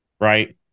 Right